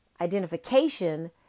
identification